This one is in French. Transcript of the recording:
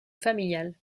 familiale